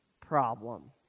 problem